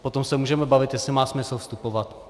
Potom se můžeme bavit, jestli má smysl vstupovat.